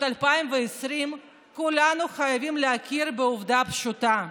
2020 כולנו חייבים להכיר בעובדה הפשוטה: